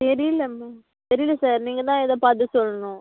தெரியல மேம் தெரியல சார் நீங்கள் தான் ஏதோ பார்த்து சொல்லணும்